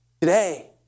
today